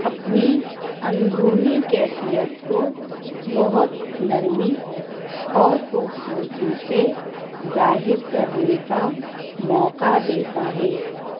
اپنی اندرونی کیفیت کو بہت نرمی اور خوبصورتی سے ظاہر کرنے کا موقع دیتا ہے